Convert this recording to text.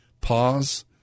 pause